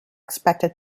expected